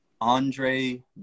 Andre